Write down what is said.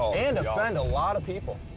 and offend a lot of people.